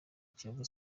kiyovu